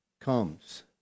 comes